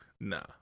Nah